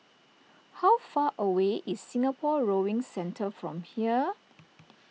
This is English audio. how far away is Singapore Rowing Centre from here